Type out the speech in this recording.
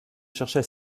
chercher